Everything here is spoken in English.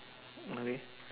okay